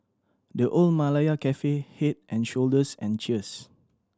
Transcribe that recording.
The Old Malaya Cafe Head and Shoulders and Cheers